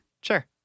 Sure